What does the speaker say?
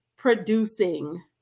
producing